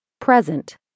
Present